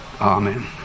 Amen